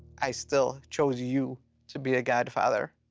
i still chose you to be a godfather.